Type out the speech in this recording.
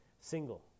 single